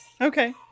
okay